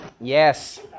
Yes